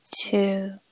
two